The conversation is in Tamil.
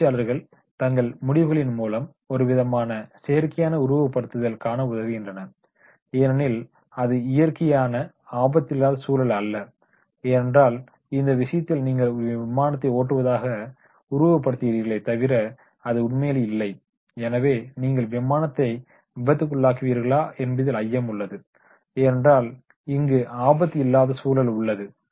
பயிற்சியாளர்கள் தங்கள் முடிவுகளின் மூலம் ஒரு விதமான செயற்கையான உருவகப்படுத்துதல் காண உதவுகின்றன ஏனெனில் அது இயற்கையான ஆபத்தில்லாத சூழல் அல்ல ஏனென்றால் இந்த விஷயத்தில் நீங்கள் ஒரு விமானத்தை ஓட்டுவதாக உருவகப்படுத்துகிறீர்களே தவிர அது உண்மையில் இல்லை எனவே நீங்கள் விமானத்தை விபத்துக்குள்ளாகிவீரர்களா என்பதில் ஐயம் உள்ளது ஏனென்றால் இங்கு ஆபத்து இல்லாத சூழல் உள்ளது